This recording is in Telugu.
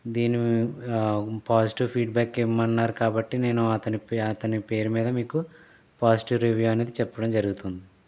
దీని పాజిటివ్ ఫీడ్ బ్యాక్ ఇమ్మన్నారు కాబట్టి నేను అతని పే అతని పేరు మీద మీకు పాజిటివ్ రివ్యూ అనేది చెప్పడం జరుగుతుంది